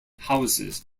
houses